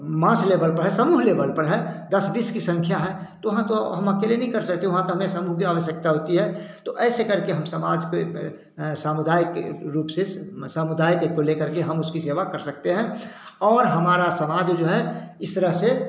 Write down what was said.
मास level पर है समूह लेवल पर है दस बीस की संख्या है तो वहाँ तो हम अकेले नहीं कर सकते वहाँ तो हमें समूह की आवश्कयता होती है तो ऐसे करके हम समाज को समुदाय के रूप से समुदाय के ले करके हम उसकी सेवा कर सकते हैं और हमारा समाज जो है इस तरह से